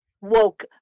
Woke